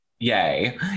Yay